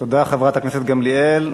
תודה לחברת הכנסת גמליאל.